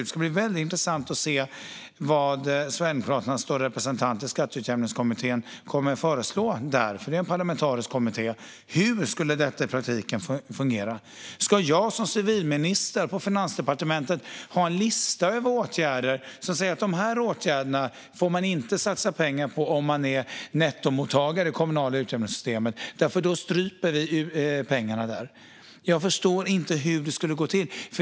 Det ska bli väldigt intressant att se vad Sverigedemokraternas representant i Utjämningskommittén, som är en parlamentarisk kommitté, kommer att föreslå. Hur skulle detta fungera i praktiken? Ska jag som civilminister på Finansdepartementet ha en lista över vilka åtgärder nettomottagare i det kommunala utjämningssystemet inte får satsa pengar på, för då stryper vi de pengarna? Jag förstår inte hur det skulle gå till.